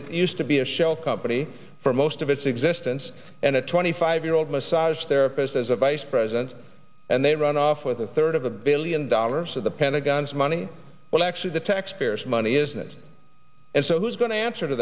that used to be a shell company for most of its existence and a twenty five year old massage therapist as a vice president they run off with a third of a billion dollars of the pentagon's money well actually the taxpayers money isn't it and so who's going to answer to